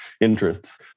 interests